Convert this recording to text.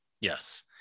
yes